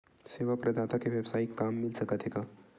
सेवा प्रदाता के वेवसायिक काम मिल सकत हे का?